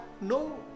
No